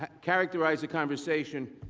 characterize the conversation.